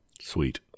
Sweet